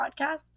podcast